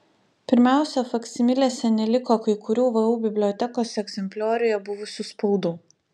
pirmiausia faksimilėse neliko kai kurių vu bibliotekos egzemplioriuje buvusių spaudų